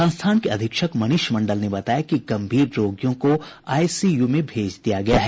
संस्थान के अधीक्षक मनीष मंडल ने बताया कि गंभीर रोगियों को आईसीयू में भेज दिया गया है